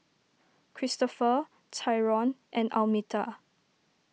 Cristofer Tyrone and Almeta